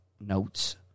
notes